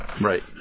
right